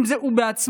אם זה הוא עצמו,